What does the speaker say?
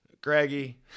Greggy